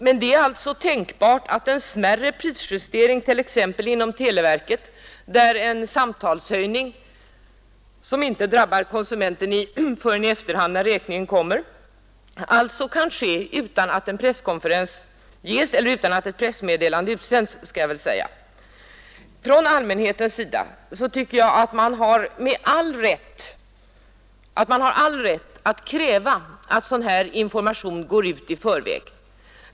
Men det är alltså tänkbart att en smärre prisjustering — exempelvis inom televerket, där en höjning av samtalsavgifterna inte drabbar konsumenten förrän i efterhand, när räkningen kommer — kan ske utan att ett pressmeddelande utsänts. Jag tycker att allmänheten med all rätt kan kräva att sådan här information går ut i förväg.